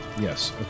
Yes